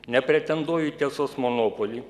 nepretenduoju tiesos monopolį